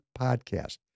Podcast